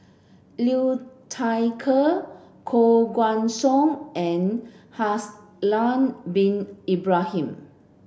Liu Thai Ker Koh Guan Song and Haslir bin Ibrahim